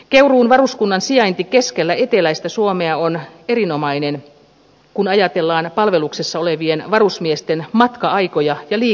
keuruun varuskunnan sijainti keskellä eteläistä suomea on erinomainen kun ajatellaan palveluksessa olevien varusmiesten matka aikoja ja liikkumista